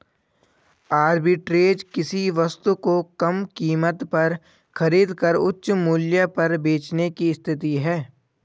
arbitrage किसी वस्तु को कम कीमत पर खरीद कर उच्च मूल्य पर बेचने की स्थिति है